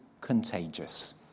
contagious